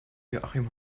joachim